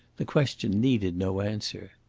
the question needed no answer.